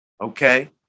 okay